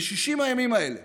ב-60 הימים האלה